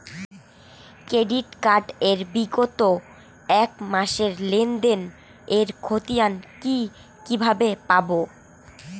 Credit card এর বিগত এক মাসের লেনদেন এর ক্ষতিয়ান কি কিভাবে পাব?